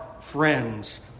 friends